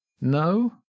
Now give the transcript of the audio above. No